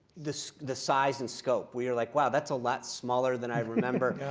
this the size and scope, where you're like, wow, that's a lot smaller than i remember.